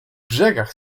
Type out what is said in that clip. brzegach